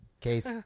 Case